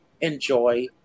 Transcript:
enjoy